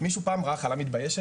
מישהו פעם ראה חלה מתביישת?